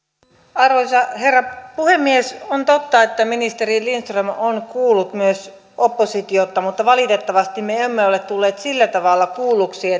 arvoisa herra puhemies on totta että ministeri lindström on kuullut myös oppositiota mutta valitettavasti me emme ole tulleet sillä tavalla kuulluiksi